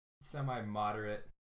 semi-moderate